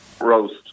roast